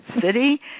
city